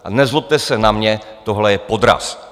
A nezlobte se na mě, tohle je podraz!